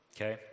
Okay